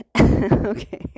Okay